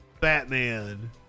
Batman